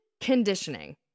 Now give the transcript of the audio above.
conditioning